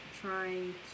trying